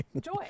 joy